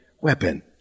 weapon